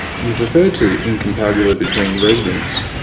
you've referred to incompatibility between residents.